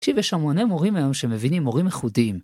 תקשיב, יש המוני מורים היום שמבינים מורים איכותיים.